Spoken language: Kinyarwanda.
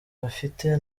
bafite